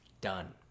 Done